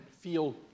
feel